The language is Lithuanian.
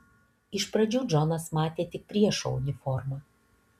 iš pradžių džonas matė tik priešo uniformą